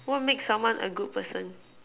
what make someone a good person